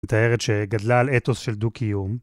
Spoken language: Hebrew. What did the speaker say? מתארת שגדלה על אתוס של דו-קיום.